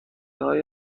های